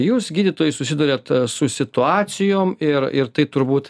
jūs gydytojai susiduriat su situacijom ir ir tai turbūt